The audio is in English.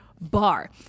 bar